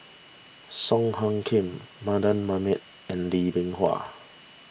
Song Hoot Kiam Mardan Mamat and Lee Bee Wah